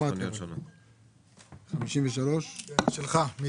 מבחינת מכשירי MRI. להזכירכם שגם תוחלת החיים היא שלוש שנים פחות